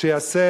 שיעשה